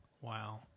Wow